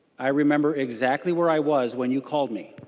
i remember exactly where i was when you called me.